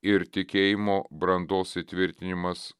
ir tikėjimo brandos įtvirtinimas